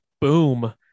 boom